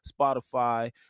spotify